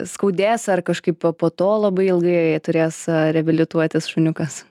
skaudės ar kažkaip p po to labai ilgai turės reabilituotis šuniukas